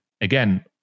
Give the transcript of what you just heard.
again